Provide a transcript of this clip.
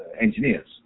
engineers